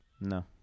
No